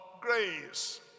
grace